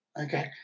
Okay